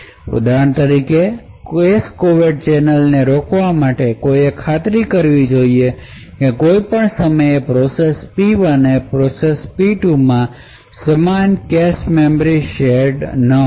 ઉદાહરણ તરીકે cache covert ચેનલને રોકવા માટે કોઈએ ખાતરી કરવી જોઈએ કે કોઈ પણ સમયે પ્રોસેસ P1 અને પ્રોસેસ P2 માં સમાન કેશ મેમરી શેર્ડ ન હોય